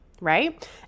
right